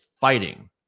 fighting